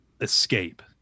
escape